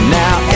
now